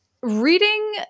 Reading